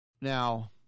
Now